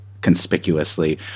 conspicuously